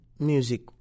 music